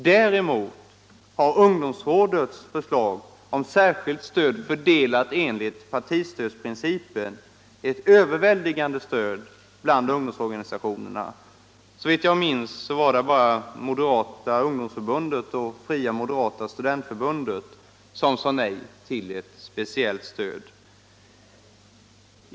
Däremot har ungdomsrådets förslag om särskilt stöd fördelat enligt partistödsprincipen vunnit en överväldigande anslutning bland ungdomsorganisationerna. Såvitt jag minns var det bara Moderata ungdomsförbundet och Fria moderata studentförbundet som sade nej till ett speciellt stöd.